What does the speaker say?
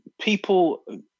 people